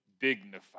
dignified